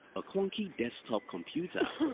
a clunky desktop computer,